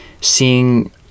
seeing